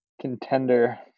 contender